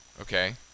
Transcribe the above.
Okay